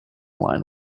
line